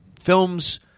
films